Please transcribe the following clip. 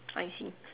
I see